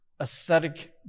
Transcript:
Aesthetic